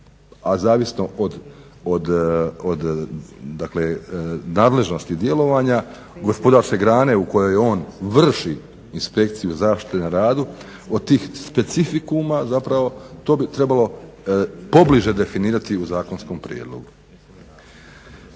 a zavisno od dakle nadležnosti djelovanja gospodarske grane u kojoj on vrši inspekciju zaštite na radu od tih specifikuma zapravo, to bi trebalo pobliže definirati u zakonskom prijedlogu.